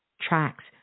tracks